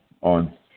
on